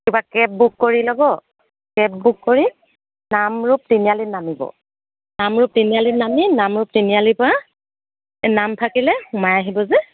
কিবা cab book কৰি ল'ব কেব বুক কৰি নামৰূপ তিনিআলিত নামিব নামৰূপ তিনিআলিত নামি নামৰূপ তিনিআলিৰ পৰা নামফাকেলৈ সোমাই আহিব যে